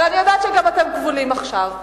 אבל אני יודעת שגם אתם כבולים עכשיו,